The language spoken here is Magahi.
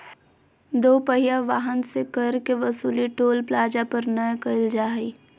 दो पहिया वाहन से कर के वसूली टोल प्लाजा पर नय कईल जा हइ